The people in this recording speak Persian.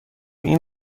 این